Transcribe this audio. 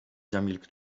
zamilkł